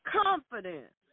confidence